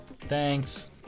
Thanks